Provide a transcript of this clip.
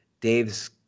dave's